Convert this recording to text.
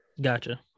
Gotcha